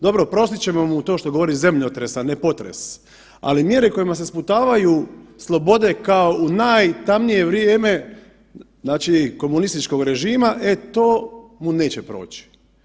Dobro, oprostit ćemo mu to što govori zemljotres, a ne potres, ali mjere kojima se sputavaju slobode kao u najtamnije vrijeme znači, komunističkog režima, e to mu neće proći.